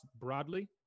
broadly